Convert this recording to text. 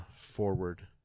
forward